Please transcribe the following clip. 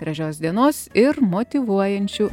gražios dienos ir motyvuojančių